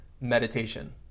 meditation